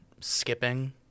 skipping